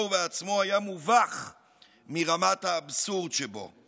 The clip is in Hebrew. ובעצמו היה מובך מרמת האבסורד שבו.